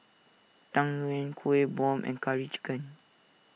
Tang Yuen Kueh Bom and Curry Chicken